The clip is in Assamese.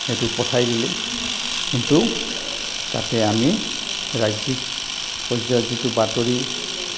সেইটো পঠাই দিলে কিন্তু তাতে আমি ৰাজ্যিক পৰ্যায়ত যিটো বাতৰি